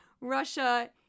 Russia